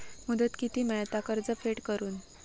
मुदत किती मेळता कर्ज फेड करून?